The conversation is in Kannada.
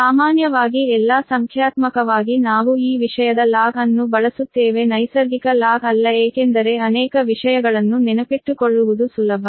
ಆದ್ದರಿಂದ ಸಾಮಾನ್ಯವಾಗಿ ಎಲ್ಲಾ ಸಂಖ್ಯಾತ್ಮಕವಾಗಿ ನಾವು ಈ ವಿಷಯದ ಲಾಗ್ ಅನ್ನು ಬಳಸುತ್ತೇವೆ ನೈಸರ್ಗಿಕ ಲಾಗ್ ಅಲ್ಲ ಏಕೆಂದರೆ ಅನೇಕ ವಿಷಯಗಳನ್ನು ನೆನಪಿಟ್ಟುಕೊಳ್ಳುವುದು ಸುಲಭ